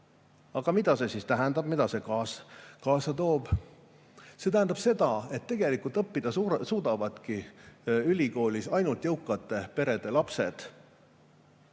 Aga mida see tähendab? Mida see kaasa toob? See tähendab seda, et tegelikult ülikoolis õppida suudavadki ainult jõukate perede lapsed.